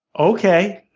okay.